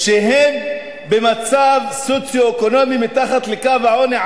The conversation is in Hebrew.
שהם במצב סוציו-אקונומי מתחת לקו העוני,